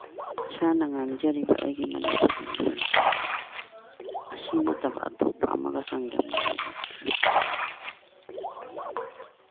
ꯏꯁꯥꯅ ꯉꯥꯡꯖꯔꯤꯕ ꯑꯩꯒꯤ ꯃꯅꯤꯄꯨꯔꯒꯤ ꯂꯣꯟꯁꯦ ꯑꯁꯤ ꯅꯠꯇꯕ ꯑꯇꯣꯞꯄ ꯑꯃꯒ ꯆꯥꯡꯗꯝꯅꯤꯉꯥꯏ ꯂꯩꯇꯦ